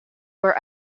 were